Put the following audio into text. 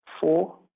four